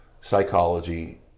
psychology